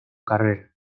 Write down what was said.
carrera